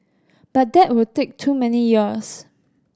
but that would take too many years